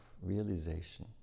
realization